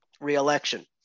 re-election